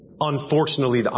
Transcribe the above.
Unfortunately